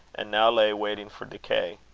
and now lay waiting for decay.